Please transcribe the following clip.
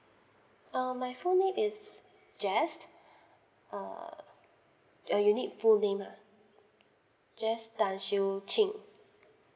uh my full name is jess err uh you need full name ah jess tan siew ching